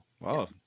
Wow